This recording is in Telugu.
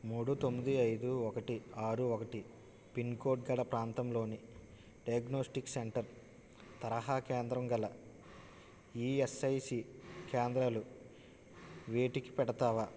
మూడు తొమ్మిది ఐదు ఒకటి ఆరు ఒకటి పిన్ కోడ్ గల ప్రాంతంలోని డయాగ్నోస్టిక్ సెంటర్ తరహా కేంద్రం గల ఈఎస్ఐసి కేంద్రాలు వెటికి పెడతావా